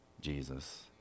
Jesus